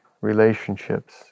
relationships